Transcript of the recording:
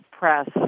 press